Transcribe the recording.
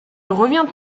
revient